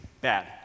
bad